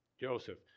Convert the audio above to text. Joseph